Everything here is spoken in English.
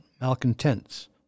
malcontents